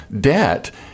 debt